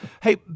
Hey